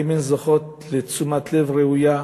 האם זה זוכה לתשומת לב ראויה,